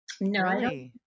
No